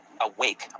awake